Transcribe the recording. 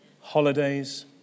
holidays